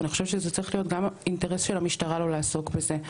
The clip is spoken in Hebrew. ואני חושבת שזה צריך להיות גם אינטרס של המשטרה לא לעסוק בזה.